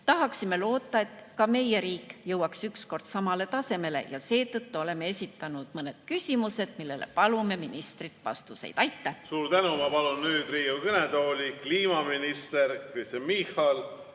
Tahaksime loota, et ka meie riik jõuaks ükskord samale tasemele. Seetõttu oleme esitanud mõned küsimused, millele palume ministrilt vastuseid. Aitäh!